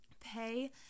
pay